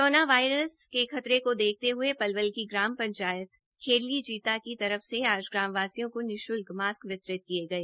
corona virus के संभावित खतरे को देखते हुए पलवल की ग्राम पंचायत खेडली जीता की तरफ से आज ग्रामवासियों को निशुल्क मॉस्क वितरित किए गए